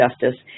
Justice